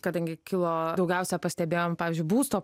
kadangi kilo daugiausia pastebėjom pavyzdžiui būsto